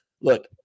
Look